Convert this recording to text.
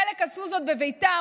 חלק עשו זאת בביתם,